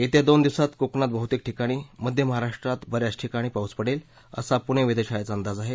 येत्या दोन दिवसात कोकणात बहतेक ठिकाणी मध्य महाराष्टात ब याच ठिकाणी पाऊस पडेल असा पृणे वेधशाळेचा अंदाज आहे